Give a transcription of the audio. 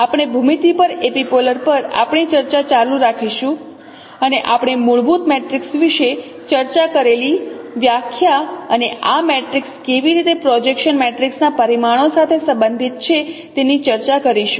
આપણે ભૂમિતિ પર એપિપોલર પર આપણી ચર્ચા ચાલુ રાખીશું અને આપણે મૂળભૂત મેટ્રિક્સ વિશે ચર્ચા કરેલી વ્યાખ્યા અને આ મેટ્રિક્સ કેવી રીતે પ્રોજેક્શન મેટ્રિક્સ ના પરિમાણો સાથે સંબંધિત છે તેની ચર્ચા કરીશું